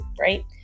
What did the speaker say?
right